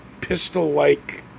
pistol-like